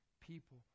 people